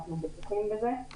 אנחנו בטוחים בזה.